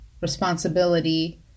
Responsibility